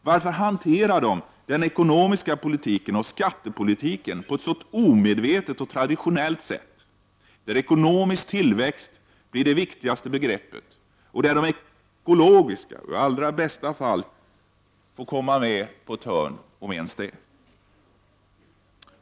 Varför hanterar de den ekonomiska politiken och skattepolitiken på ett så omedvetet och traditionellt sätt, där ekonomisk tillväxt blir det viktigaste begreppet och där det ekologiska i allra bästa fall får komma med på ett hörn, om ens det?